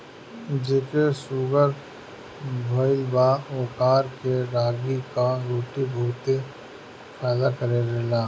जेके शुगर भईल बा ओकरा के रागी कअ रोटी बहुते फायदा करेला